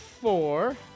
four